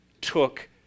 took